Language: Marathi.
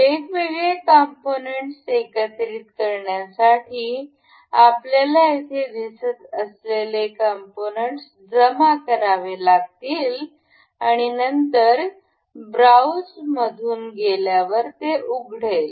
वेगवेगळे कंपोनंटस एकत्रित करण्यासाठी आपल्याला येथे दिसत असलेले कंपोनंटस जमा करावे लागतील नंतर ब्राऊज मधून गेल्यावर ते उघडेल